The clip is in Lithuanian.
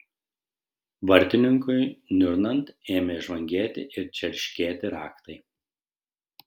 vartininkui niurnant ėmė žvangėti ir čerškėti raktai